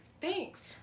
Thanks